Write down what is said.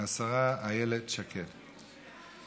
השרה איילת שקד.